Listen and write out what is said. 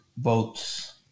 Votes